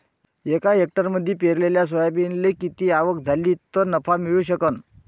एका हेक्टरमंदी पेरलेल्या सोयाबीनले किती आवक झाली तं नफा मिळू शकन?